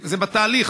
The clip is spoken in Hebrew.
זה בתהליך,